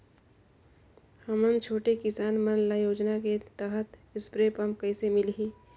हमन छोटे किसान मन ल योजना के तहत स्प्रे पम्प कइसे मिलही?